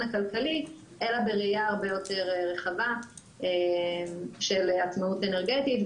הכלכלי אלא בראייה הרבה יותר רחבה של עצמאות אנרגטית,